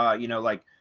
ah you know, like,